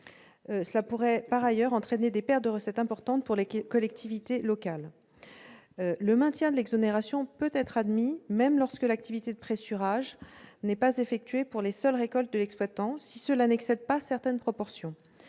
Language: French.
ce ciblage. Par ailleurs, des pertes de recettes importantes pourraient en résulter pour les collectivités territoriales. Le maintien de l'exonération peut être admis même lorsque l'activité de pressurage n'est pas effectuée pour les seules récoltes de l'exploitant, si cela n'excède pas certaines proportions.